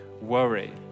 worry